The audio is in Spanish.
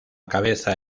cabeza